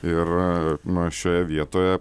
ir na šioje vietoje